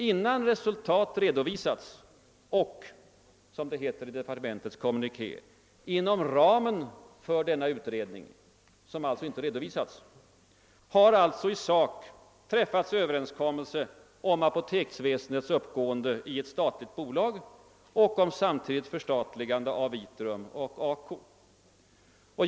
Innan resultat har redovisats och — som det heter i departementets kommuniké — »inom ramen för denna utredning», som alltså inte har redovisats, har i sak träffats överenskommelse om apoteksväsendets uppgående i ett statligt bolag och om samtidigt förstatligande av Vitrum och ACO.